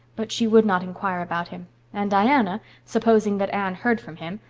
but she would not inquire about him and diana, supposing that anne heard from him,